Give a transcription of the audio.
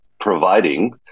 providing